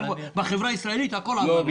בחברה הישראלית הכול יכול לקרות.